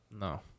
No